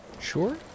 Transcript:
Sure